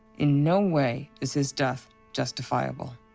in no way is his death justifiable.